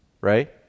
right